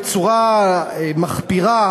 בצורה מחפירה,